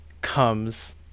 comes